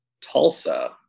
Tulsa